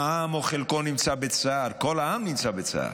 העם או חלקו נמצא בצער, כל העם נמצא בצער.